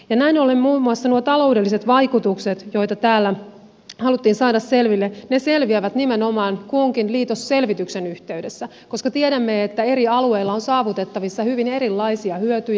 näin ollen muun muassa nuo taloudelliset vaikutukset joita täällä haluttiin saada selville selviävät nimenomaan kunkin liitosselvityksen yhteydessä koska tiedämme että eri alueilla on saavutettavissa hyvin erilaisia hyötyjä